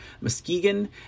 Muskegon